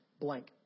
blank